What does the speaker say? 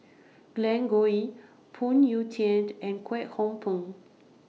Glen Goei Phoon Yew Tien and Kwek Hong Png